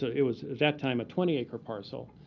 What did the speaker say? so it was at that time a twenty acre parcel.